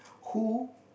who